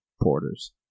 porters